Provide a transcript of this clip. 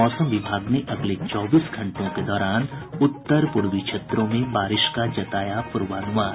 मौसम विभाग ने अगले चौबीस घंटों के दौरान उत्तर पूर्वी क्षेत्रों में बारिश का जताया पूर्वानुमान